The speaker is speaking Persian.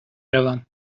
روم